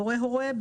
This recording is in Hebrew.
הורה הורה,